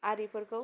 आरिफोरखौ